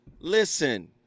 Listen